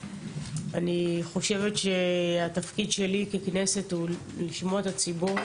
אני חושבת שהתפקיד שלי ככנסת הוא לשמוע את הציבור,